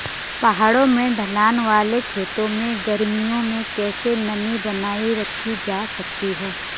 पहाड़ों में ढलान वाले खेतों में गर्मियों में कैसे नमी बनायी रखी जा सकती है?